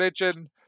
religion